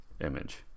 image